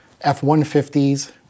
F-150s